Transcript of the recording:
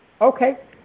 Okay